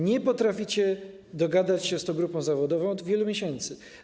Nie potraficie dogadać się z tą grupą zawodową od wielu miesięcy.